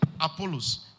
Apollos